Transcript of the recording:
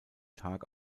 tag